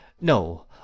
no